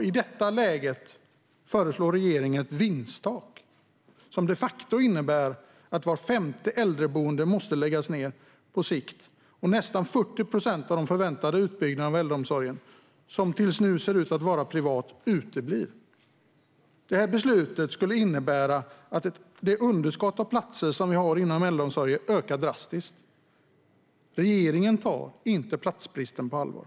I detta läge föreslår regeringen ett vinsttak som de facto innebär att var femte äldreboende måste läggas ned på sikt och att nästan 40 procent av den förväntade utbyggnaden av äldreomsorgen, som hittills sett ut att ske privat, uteblir. Det här beslutet skulle innebära att det underskott av platser som vi har inom äldreomsorgen ökar drastiskt. Regeringen tar inte platsbristen på allvar.